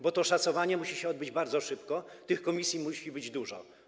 Bo to szacowanie musi się odbyć bardzo szybko, tych komisji musi być dużo.